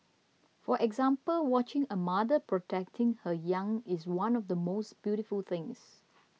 for example watching a mother protecting her young is one of the most beautiful things